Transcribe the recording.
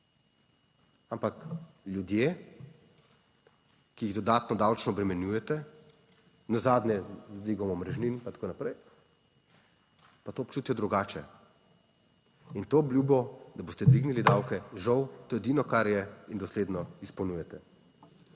Ampak ljudje, ki jih dodatno davčno obremenjujete, nazadnje z dvigom omrežnin pa tako naprej, pa to občutijo drugače. In to obljubo, da boste dvignili davke, žal, to je edino kar je in dosledno izpolnjujete.